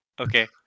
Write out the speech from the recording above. okay